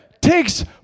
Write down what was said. takes